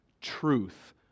truth